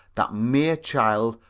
that mere child,